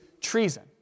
treason